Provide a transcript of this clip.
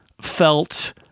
felt